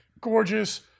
Gorgeous